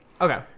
Okay